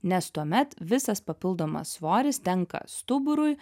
nes tuomet visas papildomas svoris tenka stuburui